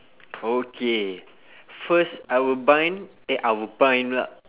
okay first I will bind eh I will bind lah